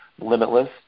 Limitless